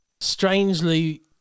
strangely